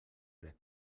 crec